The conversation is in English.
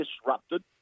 disrupted